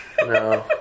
No